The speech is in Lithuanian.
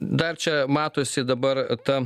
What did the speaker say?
dar čia matosi dabar ta